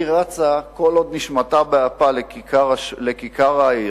היא רצה כל עוד נשמתה באפה לכיכר העיר,